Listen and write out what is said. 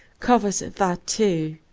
covers that too.